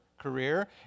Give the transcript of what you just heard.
career